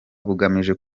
bugamije